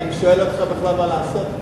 אני שואל אותך בכלל מה לעשות?